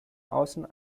außen